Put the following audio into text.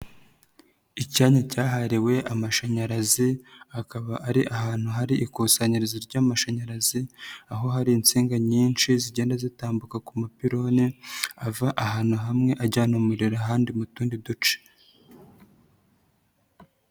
Icyanya cyahariwe amashanyarazi akaba ari ahantu hari ikusanyirizo ry'amashanyarazi aho hari insinga nyinshi zigenda zitambuka ku mapironi ava ahantu hamwe ajyana umurira ahandi mu tundi duce.